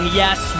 yes